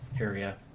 area